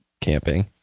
camping